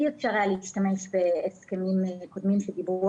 אי אפשר היה להשתמש בהסכמים קודמים שדיברו